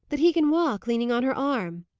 that he can walk, leaning on her arm.